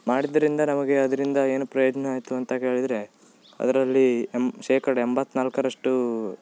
ಮಾಡಿದ್ದರಿಂದ ನಮಗೆ ಅದರಿಂದ ಏನು ಪ್ರಯೋಜನ ಆಯಿತು ಅಂತ ಕೇಳಿದರೆ ಅದರಲ್ಲಿ ಎಮ್ ಶೇಕಡಾ ಎಂಬತ್ತ್ನಾಲ್ಕರಷ್ಟು